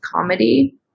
comedy